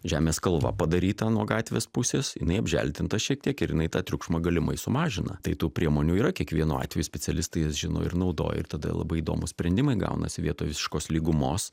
žemės kalva padaryta nuo gatvės pusės jinai apželdinta šiek tiek ir jinai tą triukšmą galimai sumažina tai tų priemonių yra kiekvienu atveju specialistai jas žino ir naudoja ir tada labai įdomūs sprendimai gaunasi vietoj visiškos lygumos